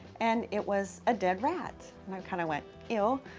and it was a dead rat. and i kind of went, ew.